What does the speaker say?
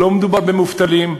לא מדובר במובטלים.